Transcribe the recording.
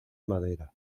madera